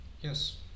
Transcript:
Yes